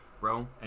Bro